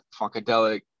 Funkadelic